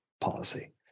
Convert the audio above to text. policy